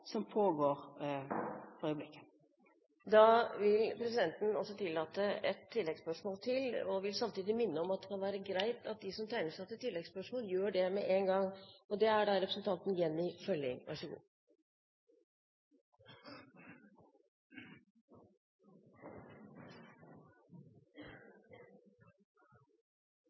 som pågår for øyeblikket. Da vil presidenten tillate ett oppfølgingsspørsmål til, fra representanten Jenny Ellaug Følling, og vil samtidig minne om at det kan være greit at de som tegner seg til oppfølgingsspørsmål, gjør det med en gang.